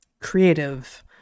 creative